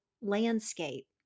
landscape